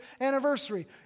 anniversary